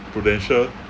prudential